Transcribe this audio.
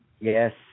Yes